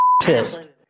pissed